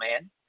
man